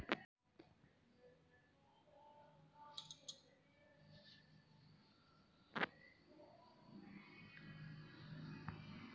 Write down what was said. Bank से personal loan कैसे मांगें?